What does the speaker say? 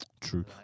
True